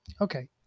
Okay